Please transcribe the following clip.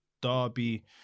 derby